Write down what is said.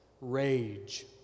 rage